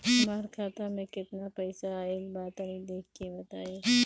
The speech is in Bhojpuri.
हमार खाता मे केतना पईसा आइल बा तनि देख के बतईब?